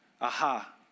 Aha